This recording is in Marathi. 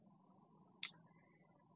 फेज 1